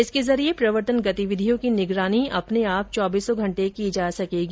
इसके जरिये प्रवर्तन गतिविधियों की निगरानी अपने आप चौबीसो घंटे की जा सकेगी